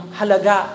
halaga